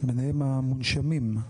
ביניהם המונשמים,